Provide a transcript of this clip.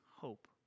hope